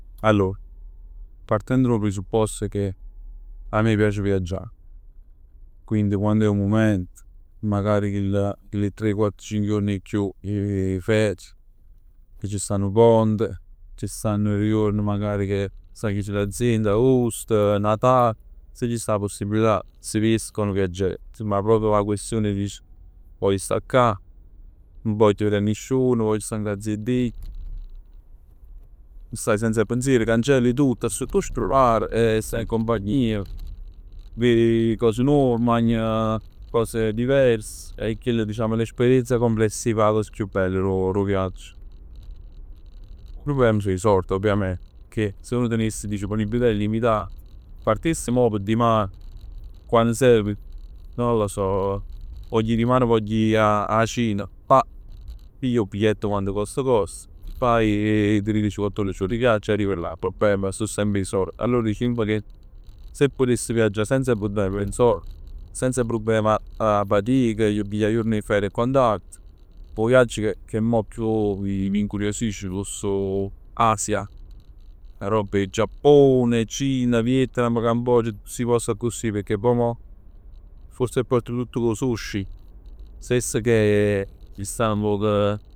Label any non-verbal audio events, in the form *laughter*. Allor partenn d' 'o presupposto che a me m' piace a viaggià. Quindi quando è 'o mument, magari chilli tre o quatt, cinc juorn 'e chiù 'e *hesitation* ferie, che ci sta nu ponte, ci stanno duje juorn magari che stanno chius l'azienda. Agosto, Natal, se ci sta 'a possibbilità inserisco nu viaggett. Ma proprio p' 'a questione 'e dicere voglio sta ccà, nun voglio verè a nisciuno, voglio sta n'grazia 'e Dij. Voglio sta senza pensier, cancelli tutto, 'a stutà 'o cellulare e voglio sta in compagnia. Vir cose nuove, mmagni cose diverse e chella diciamo l'esperienza complessiva è 'a cosa chiù bella d' 'o viaggio. Pur p' 'e sordi ovviamente, pecchè si uno teness disponibilità illimitat partess mò p' dimane. Quann serv, non lo so, vogl ji dimane, vogl ji 'a Cina, pà, pigl 'o bigliett quann cost cost, faje triric quattuordic ore 'e viaggio e arrivi là. 'O problema so semp 'e sord. Allor dicimm che se putess viaggià senza prublem d' 'e sord, senza prublem d' 'a fatic, e piglià 'e juorn 'e ferie e quant'altro p' 'o viaggio che mo chiù chiù mi mi incuriosisce foss 'o *hesitation* Asia, roba 'e Giappone, Cina, Vietnam, Cambogia. Tutt sti posti accussì, pecchè poj mo forse è partut tutt d' 'o sushi, stess che *hesitation* ci sta nu poc *hesitation*